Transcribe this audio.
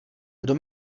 kdo